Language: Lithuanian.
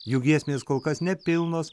jų giesmės kol kas nepilnos